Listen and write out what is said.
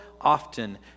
often